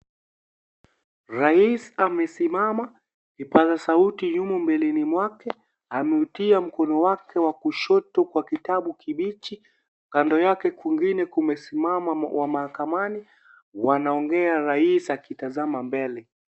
Rais amesimama kipaza sauti yumo mbeleni mwake ameutia mkono wake wa kushoto kwa kitabu kibichi kando yake kwingine kumesimama wa mahakamani wanaongea rais akitazama mbele.